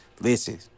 listen